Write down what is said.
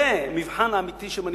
זה המבחן האמיתי של מנהיגות,